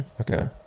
okay